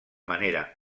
manera